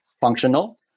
functional